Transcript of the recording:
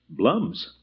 Blums